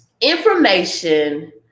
information